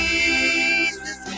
Jesus